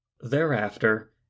Thereafter